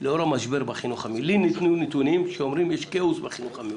לנוכח המשבר בחינוך לי ניתנו נתונים שאומרים שיש כאוס בחינוך המיוחד.